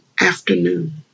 afternoon